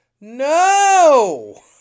No